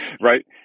right